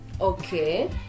Okay